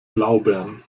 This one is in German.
blaubeeren